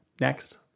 next